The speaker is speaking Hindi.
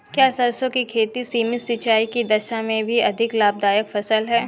क्या सरसों की खेती सीमित सिंचाई की दशा में भी अधिक लाभदायक फसल है?